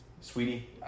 sweetie